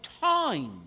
time